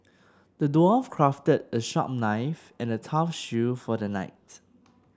the dwarf crafted a sharp knife and a tough shield for the knight